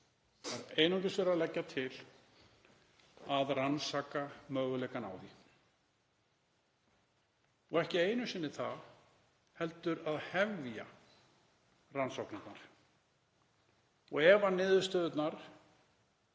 Það er einungis verið að leggja til að rannsaka möguleikana á því og ekki einu sinni það, heldur að hefja rannsóknirnar. Ef niðurstöðurnar